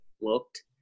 looked